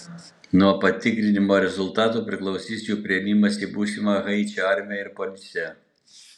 nuo patikrinimo rezultatų priklausys jų priėmimas į būsimą haičio armiją ar policiją